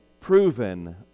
proven